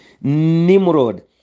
nimrod